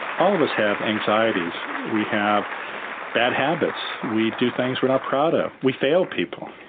all of us have anxieties, we have bad habits, we do things we're not proud of, we fail people,